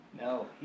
No